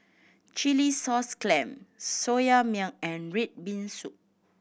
chilli sauce clam Soya Milk and red bean soup